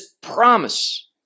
promise